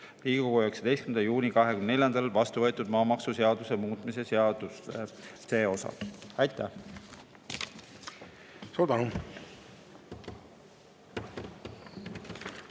Riigikogus 19. juunil 2024 vastu võetud maamaksuseaduse muutmise seaduse see osa. Aitäh!